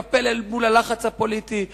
התקפל אל מול הלחץ הפוליטי.